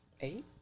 eight